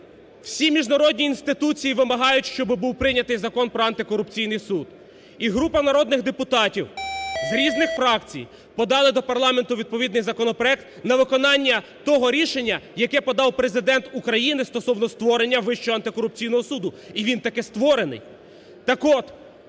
всі міжнародні інституції вимагають, щоб був прийнятий Закон про антикорупційний суд. І група народних депутатів з різних фракцій подали до парламенту відповідний законопроект на виконання того рішення, яке подав Президент України стосовно створення Вищого антикорупційного суду і він таки створений.